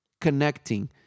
connecting